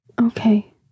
Okay